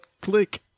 click